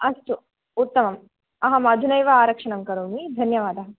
अस्तु उत्तमम् अहम् अधुनैव आरक्षणं करोमि धन्यवादः